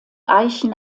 eichen